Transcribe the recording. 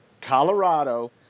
Colorado